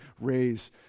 raise